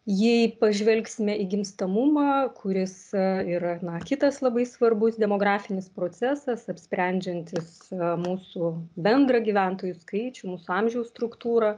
jei pažvelgsime į gimstamumą kuris yra na kitas labai svarbus demografinis procesas apsprendžiantis mūsų bendrą gyventojų skaičių mūsų amžiaus struktūrą